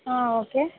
ಹಾಂ ಓಕೆ